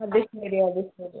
അതുശരി അതുശരി